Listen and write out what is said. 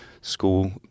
school